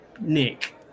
Nick